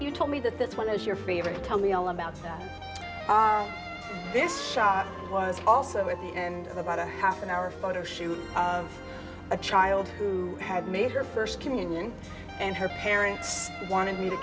you told me that this one is your favorite tell me all about this shot was also at the end of about a half an hour photo shoot of a child who had made her first communion and her parents wanted